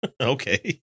Okay